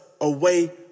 away